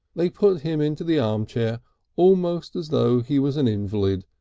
they put him into the armchair almost as though he was an invalid,